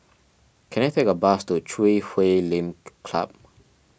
can I take a bus to Chui Huay Lim Club